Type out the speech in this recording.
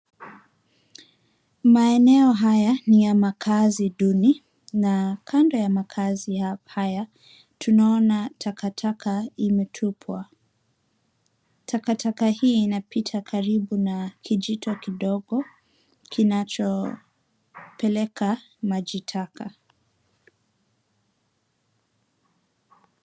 Maeneo haya ni ya makazi duni na kando ya makazi haya tunaona takataka imetupwa takataka. Hii inapita karibu na kijito ndogo kinachopeleka maji taka